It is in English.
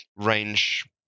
Range